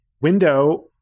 window